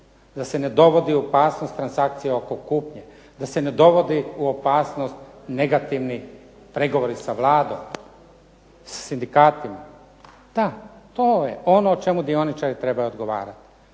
da se ne dovodi opasnost transakcija oko kupnje, da se ne dovodi u opasnost negativni pregovori sa Vladom, sa sindikatima, da to je ono o čemu dioničari trebaju odgovarati,